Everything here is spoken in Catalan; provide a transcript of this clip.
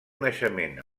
naixement